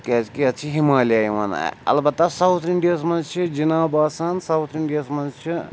کیٛازکہِ یَتھ چھِ ہِمالیا یِوان اَلبتہ ساوُتھ اِنٛڈیاہَس منٛز چھِ جِناب آسان ساوُتھ اِنٛڈیاہَس منٛز چھِ